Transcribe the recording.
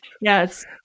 Yes